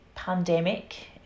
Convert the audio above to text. Pandemic